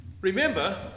Remember